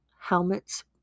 Helmets